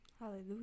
Hallelujah